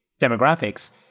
demographics